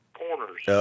corners